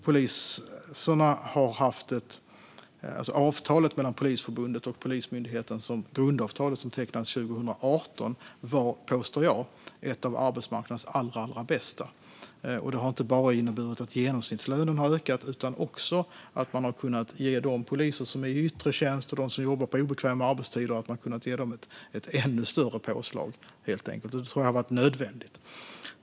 Det grundavtal mellan Polisförbundet och Polismyndigheten som tecknades 2018 var, påstår jag, ett av arbetsmarknadens allra bästa. Det har inte bara inneburit att genomsnittslönen har ökat utan också att man har kunnat ge poliser i yttre tjänst och dem som jobbar på obekväma arbetstider ett ännu större påslag. Det tror jag har varit nödvändigt.